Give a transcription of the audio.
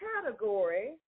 category